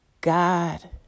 God